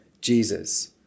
jesus